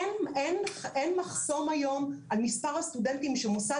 אין מחסום היום על מספר הסטודנטים שמוסד